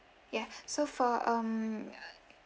yes so for um